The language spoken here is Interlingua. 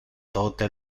tote